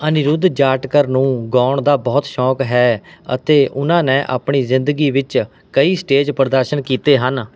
ਅਨਿਰੁੱਧ ਜਾਟਕਰ ਨੂੰ ਗਾਉਣ ਦਾ ਬਹੁਤ ਸ਼ੌਕ ਹੈ ਅਤੇ ਉਨ੍ਹਾਂ ਨੇ ਆਪਣੀ ਜ਼ਿੰਦਗੀ ਵਿੱਚ ਕਈ ਸਟੇਜ ਪ੍ਰਦਰਸ਼ਨ ਕੀਤੇ ਹਨ